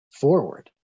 forward